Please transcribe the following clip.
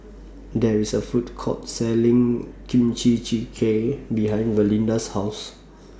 There IS A Food Court Selling Kimchi Jjigae behind Valinda's House